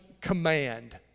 command